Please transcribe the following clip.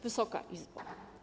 Wysoka Izbo!